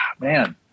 man